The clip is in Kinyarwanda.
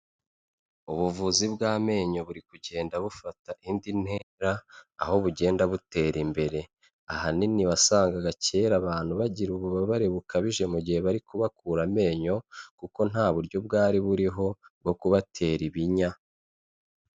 Ubuvuzi bw'amenyo buri kugenda bufata indi ntera, aho bugenda butera imbere, ahanini wasangaga kera abantu bagira ububabare bukabije mu gihe bari kubakura amenyo kuko nta buryo bwari buriho bwo kubatera ibinya.